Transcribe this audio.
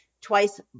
twice